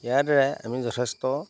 ইয়াৰ দ্বাৰাই আমি যথেষ্ট